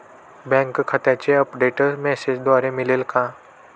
Bank खात्याचे update मेसेजद्वारे मिळेल का?